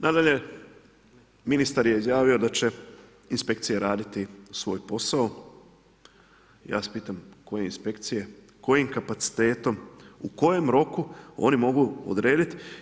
Nadalje, ministar je izjavio da će inspekcija raditi svoj posao, ja se pitam koje inspekcije, kojim kapacitetom, u kojem roku oni mogu odrediti.